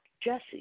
Jesse